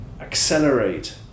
accelerate